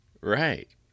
Right